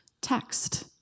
text